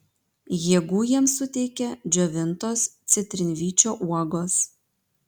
jėgų jiems suteikia džiovintos citrinvyčio uogos